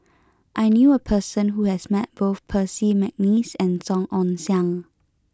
I knew a person who has met both Percy McNeice and Song Ong Siang